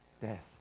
death